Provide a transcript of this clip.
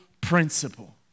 principle